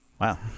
Wow